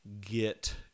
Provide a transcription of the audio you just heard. get